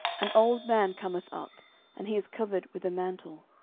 an old man cometh up and he is covered with a mantle.